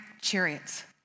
chariots